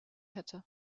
hätte